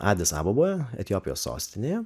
adisaboboj etiopijos sostinėj